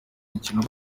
mukino